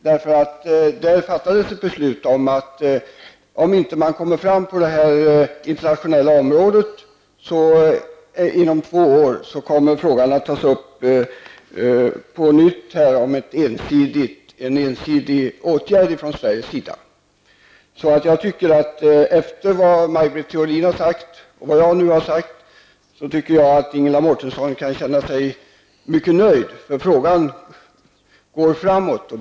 Där fattades nämligen ett beslut om att Sverige på nytt kommer att ta upp frågan om en ensidig åtgärd, om man inte på detta område inom två år kommer fram till något på det internationella planet. Jag menar därför att Ingela Mårtensson kan känna sig mycket nöjd efter att ha hört vad Maj Britt Theorin och jag har sagt. Frågan går framåt.